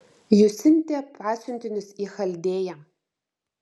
ji siuntė pasiuntinius į chaldėją